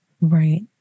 Right